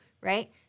right